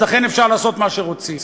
אז לכן אפשר לעשות מה שרוצים.